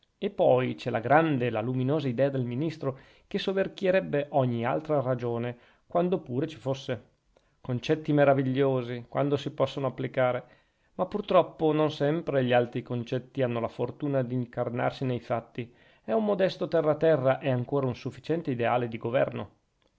e poi c'è la grande la luminosa idea del ministro che soverchierebbe ogni altra ragione quando pure ci fosse concetti meravigliosi quando si possono applicare ma pur troppo non sempre gli alti concetti hanno la fortuna d'incarnarsi nei fatti e un modesto terra terra è ancora un sufficiente ideale di governo